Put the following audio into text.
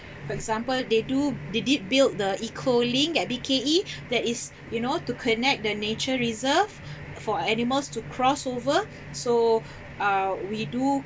for example they do they did build the eco-link at B K E that is you know to connect the nature reserve for animals to cross over so uh we do